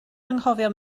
anghofio